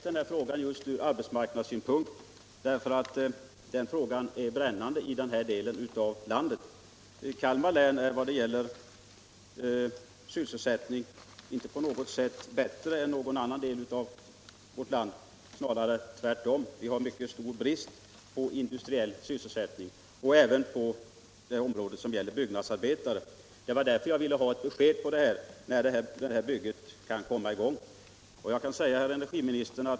Herr talman! Det är riktigt att jag ställt min fråga med tanke på arbetsmarknadssynpunkter. Sysselsättningsfrågorna är brännande i Kalmar län. Arbetsmarknadsläget där är inte på något sätt bättre än i andra delar av landet, snarare tvärtom. Det råder brist på industriell sysselsättning och även på byggnadsarbete. Det var därför jag ville ha besked om när byggandet av den tredje reaktorn kan komma i gång.